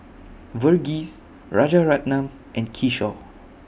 Verghese Rajaratnam and Kishore